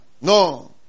no